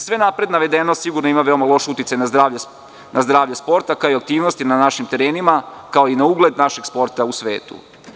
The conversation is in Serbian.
Sve napred navedeno sigurno ima veoma loš uticaj na zdravlje sporta kao i aktivnosti na našim terenima, kao i na ugled našeg sporta u svetu.